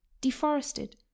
deforested